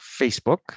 Facebook